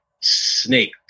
snake